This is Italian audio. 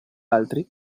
altri